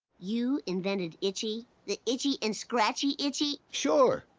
you invented itchy, the itchy and scratchy itchy? sure,